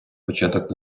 початок